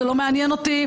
זה לא מעניין אותי,